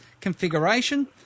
configuration